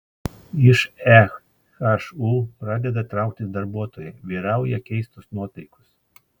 iš ehu pradeda trauktis darbuotojai vyrauja keistos nuotaikos